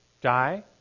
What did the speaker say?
die